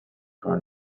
for